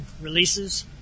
releases